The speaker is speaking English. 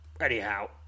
Anyhow